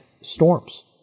storms